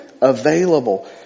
available